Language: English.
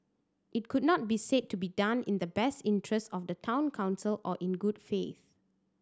it could not be said to be done in the best interest of the Town Council or in good faith